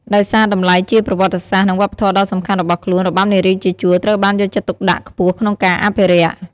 ដោយសារតម្លៃជាប្រវត្តិសាស្ត្រ និងវប្បធម៌ដ៏សំខាន់របស់ខ្លួន របាំនារីជាជួរ ត្រូវបានយកចិត្តទុកដាក់ខ្ពស់ក្នុងការអភិរក្ស។